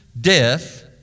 death